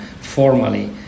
formally